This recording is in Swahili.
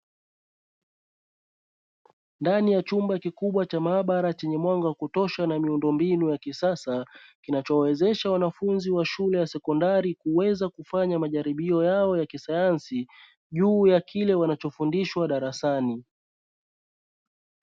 Ndani ya chumba kikubwa cha maabara chenye mwanga wa kutosha na miundombinu ya kisasa kinachowezesha wanafunzi wa shule ya sekondari, kuweza kufanya majaribio yao ya kisayansi juu ya kile wanachofundishwa darasani.